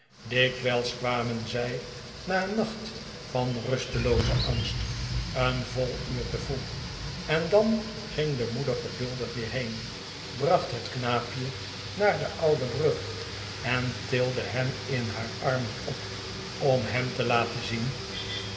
dikwijls kwamen zij na een nacht van rusteloozen angst een vol uur te vroeg en dan ging de moeder geduldig weer heen bracht het knaapje naar de oude brug en tilde hem in haar armen op om hem te laten zien